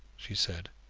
she said.